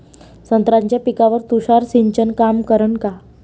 संत्र्याच्या पिकावर तुषार सिंचन काम करन का?